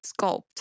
sculpt